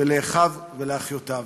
לאחיו ולאחיותיו.